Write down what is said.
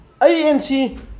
ANC